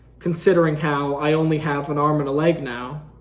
considering how i only have an arm and a leg now.